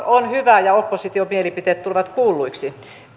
on kuitenkin hyvä ja opposition mielipiteet tulevat kuulluiksi